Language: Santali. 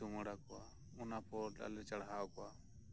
ᱠᱚ ᱪᱩᱢᱟᱹᱲᱟ ᱠᱚᱣᱟ ᱚᱱᱟ ᱯᱚᱨ ᱟᱞᱮ ᱞᱮ ᱪᱟᱲᱦᱟᱣ ᱠᱚᱣᱟ